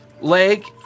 leg